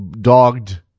dogged